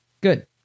Good